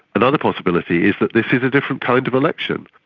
another possibility is that this is a different kind of election.